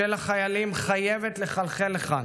של החיילים, חייבת לחלחל לכאן,